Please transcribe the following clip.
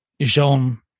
Jean